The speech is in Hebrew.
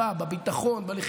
צועקים על קץ הדמוקרטיה,